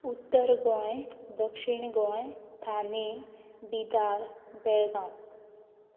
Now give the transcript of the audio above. उत्तर गोंय दक्षीण गोंय थाने बिदार बेळगांव